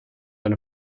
than